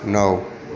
નવ